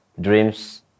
dreams